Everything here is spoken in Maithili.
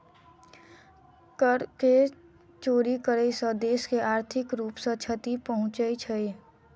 कर के चोरी करै सॅ देश के आर्थिक रूप सॅ क्षति पहुँचे छै